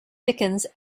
dickens